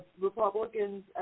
Republicans